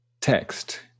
text